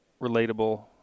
relatable